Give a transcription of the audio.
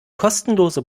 kostenlose